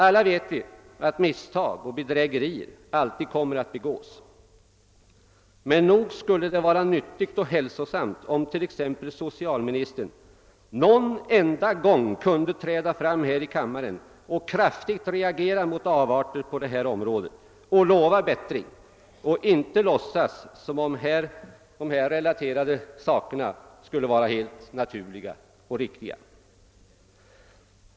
Alla vet vi att misstag alltid kommer att begås och att bedrägerier alltid kommer att förekomma. Men nog skulle det vara nyttigt och hälsosamt om t.ex. socialministern någon enda gång kunde träda fram här i kammaren och kraftigt reagera mot avarter på detta område, lova bättring och inte låtsas som om fall sådana som de här relaterade skulle vara helt naturliga och riktiga.